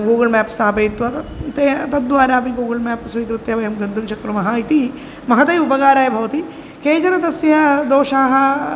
Google map स्थापयित्वा तत् ते तद्वारा अपि गूगुळ् मेप् स्वीकृत्य वयं गन्तुं शक्नुमः इति महते उपकाराय भवति केचन तस्य दोषाः